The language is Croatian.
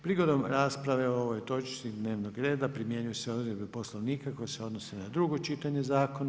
Prigodom rasprave o ovoj točci dnevnog reda primjenjuju se odredbe Poslovnika koje se odnose na drugo čitanje zakona.